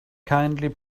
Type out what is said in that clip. kindly